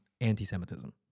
anti-Semitism